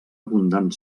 abundant